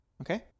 okay